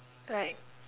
right